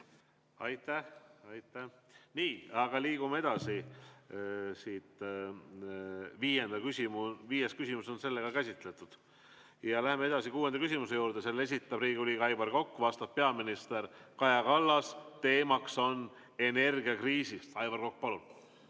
Aitäh-aitäh! Nii, aga liigume siit edasi, viies küsimus on käsitletud. Läheme edasi kuuenda küsimuse juurde. Selle esitab Riigikogu liige Aivar Kokk, vastab peaminister Kaja Kallas. Teemaks on energiakriis. Aivar Kokk, palun!